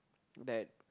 that